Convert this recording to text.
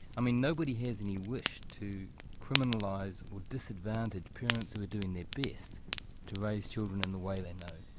i mean nobody has any wish to criminalise or disadvantage parents who are doing their best to raise children in the way they know.